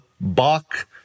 Bach